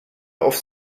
auf